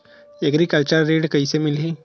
Agriculture ऋण कइसे मिलही?